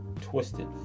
Twisted